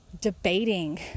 debating